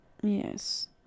Yes